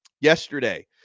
Yesterday